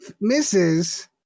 Misses